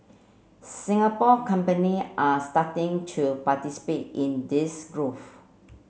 Singapore company are starting to participate in this growth